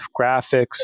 Graphics